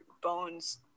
bones